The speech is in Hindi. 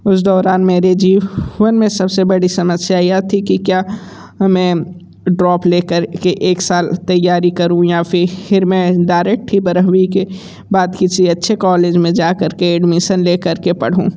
उसे दौरान मेरे जीव वन में सबसे बड़ी समस्या यह थी कि क्या में ड्रॉप लेकर के एक साल तैयारी करूँ या फिर मैं डायरेक्ट ही बारहवी के बाद किसी अच्छे कॉलेज में जाकर के एडमीसन लेकर के पढूँ